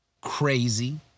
crazy